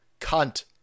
cunt